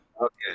Okay